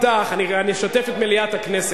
אשתף את מליאת הכנסת: